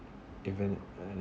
even~ any